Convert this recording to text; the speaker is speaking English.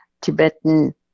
Tibetan